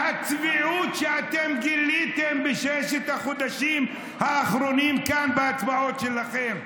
והצביעות שאתם גיליתם בששת החודשים האחרונים כאן בהצבעות שלכם,